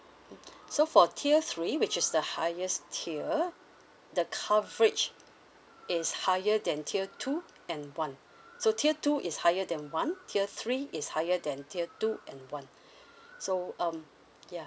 so for tier three which is the highest tier the coverage is higher than tier two and one so tier two is higher than one tier three is higher than tier two and one so um ya